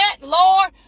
Lord